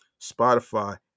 Spotify